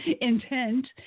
intent